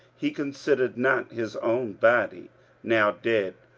he considered not his own body now dead,